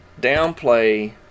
downplay